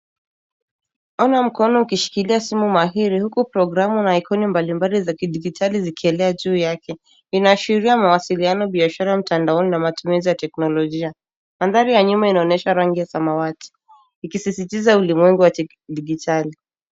Ona mkono ukishikilia simu mahiri huku programu na iconi mbalimbali za kidijitali zikielea juu yake, inaashiria mawasiliano biashara mtandaoni na matumizi ya teknolojia mandhari ya nyuma inaonyesha rangi ya samawati ikisisitiza ulimwengu wa kidijitali.